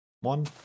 one